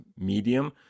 medium